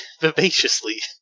vivaciously